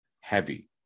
Heavy